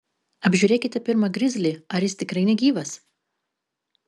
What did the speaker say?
apžiūrėkite pirma grizlį ar jis tikrai negyvas